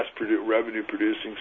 revenue-producing